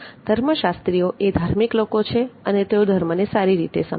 ધર્મશાસ્ત્રીઓ એ ધાર્મિક લોકો છે અને તેઓ ધર્મને સારી રીતે સમજે છે